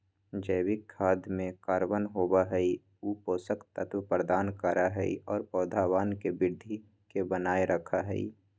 जैविक खाद में कार्बन होबा हई ऊ पोषक तत्व प्रदान करा हई और पौधवन के वृद्धि के बनाए रखा हई